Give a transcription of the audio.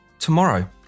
Tomorrow